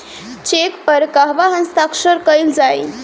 Check पर कहवा हस्ताक्षर कैल जाइ?